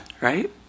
right